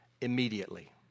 immediately